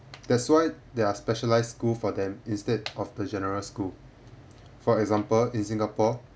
that's why there are specialised school for them instead of the general school for example in singapore